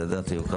שקבע יצרן המזון